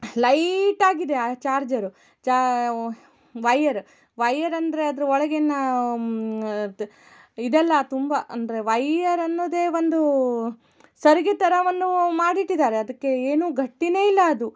ಲೈಟಾಗಿದೆ ಆ ಚಾರ್ಜರು ಚಾ wire wire ಅಂದರೆ ಅದ್ರ ಒಳಗಿನ ಇದೆಲ್ಲ ತುಂಬ ಅಂದರೆ ವಯ್ಯರ್ ಅನ್ನೋದೆ ಒಂದು ಸರಿಗೆ ಥರ ಅವನ್ನು ಮಾಡಿಟ್ಟಿದ್ದಾರೆ ಅದಕ್ಕೆ ಏನು ಗಟ್ಟಿಯೇ ಇಲ್ಲ ಅದು